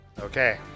Okay